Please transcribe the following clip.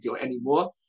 anymore